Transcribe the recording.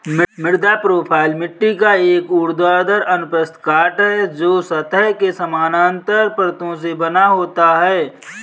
मृदा प्रोफ़ाइल मिट्टी का एक ऊर्ध्वाधर अनुप्रस्थ काट है, जो सतह के समानांतर परतों से बना होता है